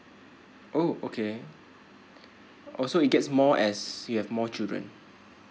oh okay oh so it gets more as you have more children